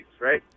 right